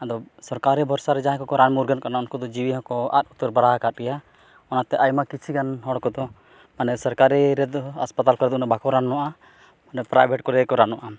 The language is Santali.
ᱟᱫᱚ ᱥᱚᱨᱠᱟᱨᱤ ᱵᱷᱚᱨᱥᱟᱨᱮ ᱡᱟᱦᱟᱭ ᱠᱚᱠᱚ ᱨᱟᱱ ᱢᱩᱨᱜᱟᱹᱱᱚᱜ ᱠᱟᱱᱟ ᱩᱱᱠᱩ ᱫᱚ ᱡᱤᱣᱤ ᱦᱚᱸᱠᱚ ᱟᱫ ᱩᱛᱟᱹᱨ ᱵᱟᱲᱟᱣ ᱠᱟᱫ ᱜᱮᱭᱟ ᱚᱱᱟᱛᱮ ᱟᱭᱢᱟ ᱠᱤᱪᱷᱤᱜᱟᱱ ᱦᱚᱲ ᱠᱚᱫᱚ ᱢᱟᱱᱮ ᱥᱚᱨᱠᱟᱨᱤ ᱨᱮᱫᱚ ᱟᱥᱯᱟᱛᱟᱞ ᱠᱚᱨᱮ ᱫᱚ ᱩᱱᱟᱹᱜ ᱵᱟᱠᱚ ᱨᱟᱱᱚᱜᱼᱟ ᱚᱱᱮ ᱯᱨᱟᱭᱵᱷᱮᱨᱴ ᱠᱚᱨᱮ ᱜᱮᱠᱚ ᱨᱟᱱᱚᱜᱼᱟ